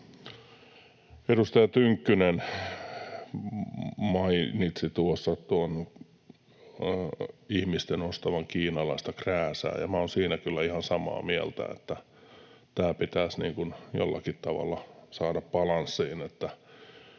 Edustaja Tynkkynen mainitsi tuossa ihmisten ostavan kiinalaista krääsää, ja minä olen siinä kyllä ihan samaa mieltä, että tämä pitäisi jollakin tavalla saada balanssiin niin, että